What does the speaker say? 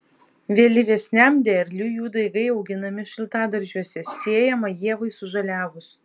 vėlyvesniam derliui jų daigai auginami šiltadaržiuose sėjama ievai sužaliavus